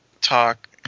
talk